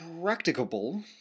practicable